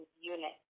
unit